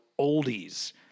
oldies